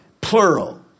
plural